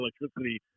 electricity